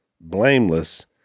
blameless